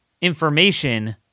information